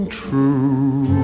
true